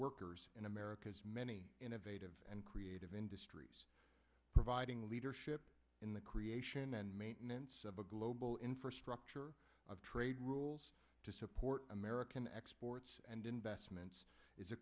workers in america's many innovative and creative industries providing leadership in the creation and maintenance of a global infrastructure of trade rules to support american exports and investments is a